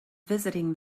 visiting